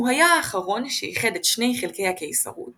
הוא היה האחרון שאיחד את שני חלקי הקיסרות